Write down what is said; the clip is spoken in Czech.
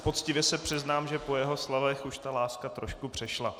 Poctivě se přiznám, že po jeho slovech už ta láska trošku přešla.